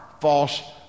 false